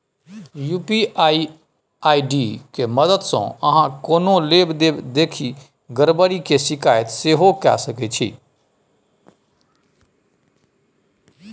UPI ID के मददसँ अहाँ कोनो लेब देब देखि गरबरी केर शिकायत सेहो कए सकै छी